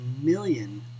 million